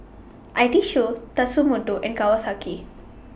I T Show Tatsumoto and Kawasaki